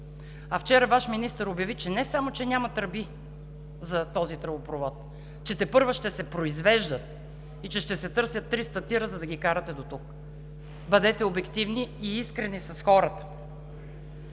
а вчера Ваш министър обяви, че не само че няма тръби за този тръбопровод, че тепърва ще се произвеждат и че ще се търсят 300 ТИР-а, за да ги карате дотук. Бъдете обективни и искрени с хората.